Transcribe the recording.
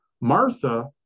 Martha